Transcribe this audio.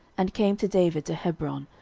and came to david to hebron,